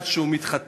עד שהוא מתחתן,